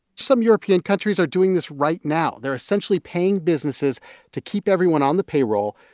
some european countries are doing this right now. they're essentially paying businesses to keep everyone on the payroll,